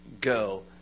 go